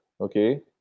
okay